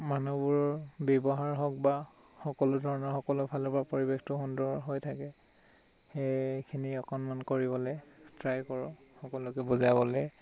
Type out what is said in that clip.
মানুহবোৰৰ ব্যৱহাৰ হওক বা সকলো ধৰণৰ সকলো ফালৰ পৰা পৰিৱেশটো সুন্দৰ হৈ থাকে সেইখিনি অকণমান কৰিবলৈ ট্ৰাই কৰোঁ সকলোকে বুজাবলৈ